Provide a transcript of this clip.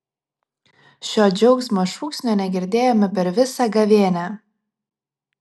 šio džiaugsmo šūksnio negirdėjome per visą gavėnią